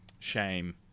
Shame